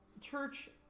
church